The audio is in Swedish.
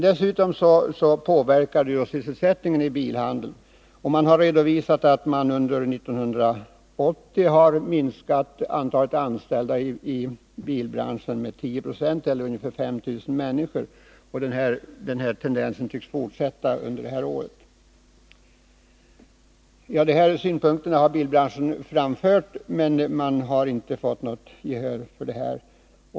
Dessutom påverkas sysselsättningen inom bilbranschen. Man har där redovisat en minskning av antalet anställda under 1980 med 10 96 eller ungefär 5 000 människor. Denna tendens tycks fortsätta under innevarande år. Inom bilbranschen har man framfört synpunkter på de här problemen, men man har inte fått något gehör för detta.